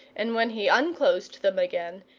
and when he unclosed them again,